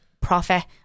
profit